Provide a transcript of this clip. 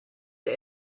der